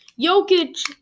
Jokic